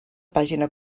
pàgina